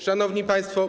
Szanowni Państwo!